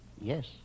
Yes